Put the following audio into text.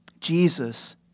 Jesus